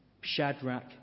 Shadrach